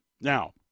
Now